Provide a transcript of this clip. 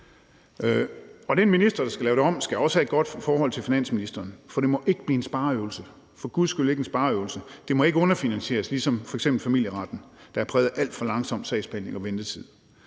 Og den minister, der skal lave det om, skal også have et godt forhold til finansministeren, for det må ikke blive en spareøvelse – for guds skyld ikke en spareøvelse. Det må ikke underfinansieres som f.eks. familieretten, der er præget af alt for langsom sagsbehandling og af ventetid.